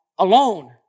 Alone